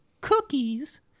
cookies